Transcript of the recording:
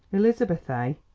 elizabeth ah?